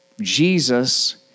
Jesus